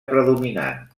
predominant